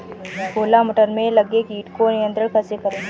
छोला मटर में लगे कीट को नियंत्रण कैसे करें?